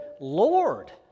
Lord